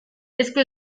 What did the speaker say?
esku